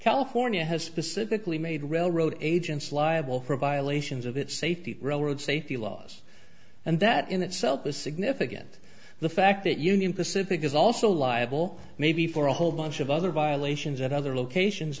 california has specifically made railroad agents liable for violations of its safety road safety laws and that in itself is significant the fact that union pacific is also liable maybe for a whole bunch of other violations at other locations